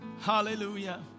Hallelujah